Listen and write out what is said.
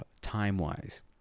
time-wise